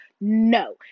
No